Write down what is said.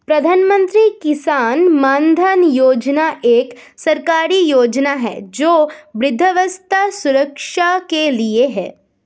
प्रधानमंत्री किसान मानधन योजना एक सरकारी योजना है जो वृद्धावस्था सुरक्षा के लिए है